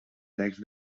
texts